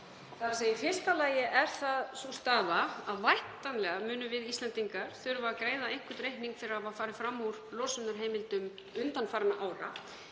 Í fyrsta lagi er það sú staða að væntanlega munum við Íslendingar þurfa að greiða einhvern reikning fyrir að hafa farið fram úr losunarheimildum undanfarinna ára.